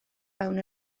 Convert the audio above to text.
fewn